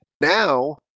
Now